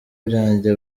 byanjye